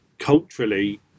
culturally